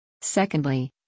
Secondly